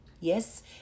Yes